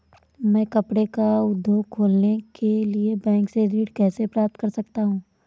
मैं कपड़े का उद्योग खोलने के लिए बैंक से ऋण कैसे प्राप्त कर सकता हूँ?